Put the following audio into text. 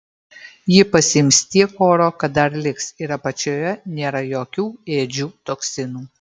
ji pasiims tiek oro kad dar liks ir apačioje nėra jokių ėdžių toksinų